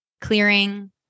clearing